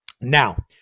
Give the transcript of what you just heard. Now